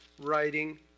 writing